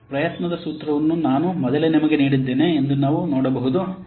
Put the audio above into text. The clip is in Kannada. ಪ್ರಯತ್ನದ ಸೂತ್ರವನ್ನು ನಾನು ಮೊದಲೇ ನಿಮಗೆ ನೀಡಿದ್ದೇನೆ ಎಂದು ನಾವು ನೋಡಬಹುದು